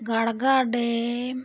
Garga dam